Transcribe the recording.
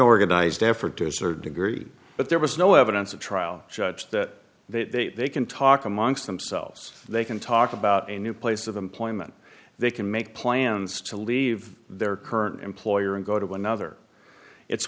organized effort to a certain degree but there was no evidence of trial judge that that they can talk amongst themselves they can talk about a new place of employment they can make plans to leave their current employer and go to another it's